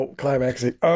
climaxing